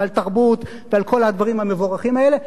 ועל תרבות ועל כל הדברים המבורכים האלה,